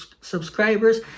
subscribers